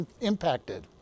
impacted